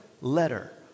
letter